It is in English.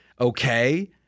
okay